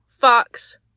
Fox